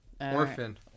Orphan